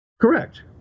Correct